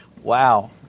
wow